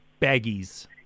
Baggies